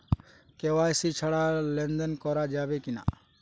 KYC ছাড়া লেনদেন করা যাবে কিনা?